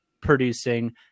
producing